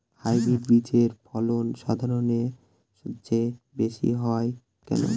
Hybrid বীজের ফলন সাধারণের চেয়ে বেশী হয় কেনো?